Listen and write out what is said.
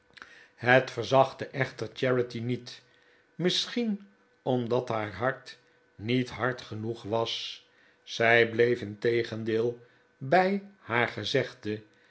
het verzachtte echter charity niet misschien omdat haar hart niet hard genoeg was zij bleef integendeel bij haar gezegde